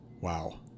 Wow